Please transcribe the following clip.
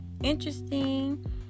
interesting